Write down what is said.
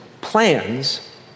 plans